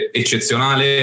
eccezionale